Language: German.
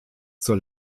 zur